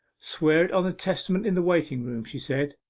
swear it on the testament in the waiting-room, she said,